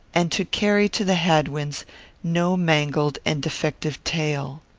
and to carry to the hadwins no mangled and defective tale.